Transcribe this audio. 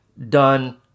done